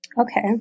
Okay